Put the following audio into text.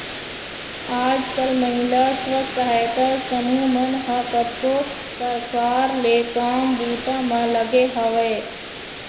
आजकल महिला स्व सहायता समूह मन ह कतको परकार ले काम बूता म लगे हवय